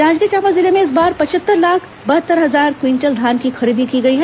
जाजगीर चांपा जिले में इस बार पचहत्तर लाख बहत्तर हजार क्विंटल धान की खरीदी गई है